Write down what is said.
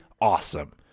awesome